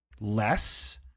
less